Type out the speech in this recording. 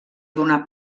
donar